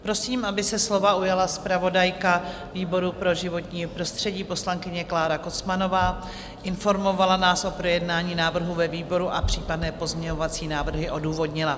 Prosím, aby se slova ujala zpravodajka výboru pro životní prostředí, poslankyně Klára Kocmanová, informovala nás o projednání návrhu ve výboru a případné pozměňovací návrhy odůvodnila.